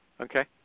Okay